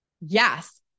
Yes